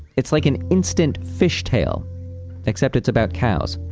it's like and instant fish tail except it's about cows.